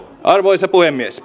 arvoisa puhemies